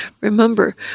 Remember